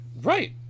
Right